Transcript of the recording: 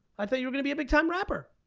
i thought you were gonna be a big time rapper?